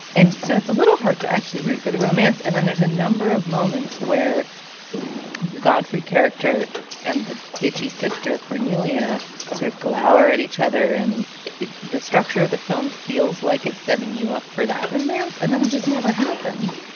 and so it's a little hard to actually root for the romance. and then there's a number of moments where godfrey character and the bitchy sister cornelia sort of glower at each other and the structure of the film feels like it's setting you up for that romance and then it just never happens.